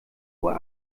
uhr